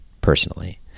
personally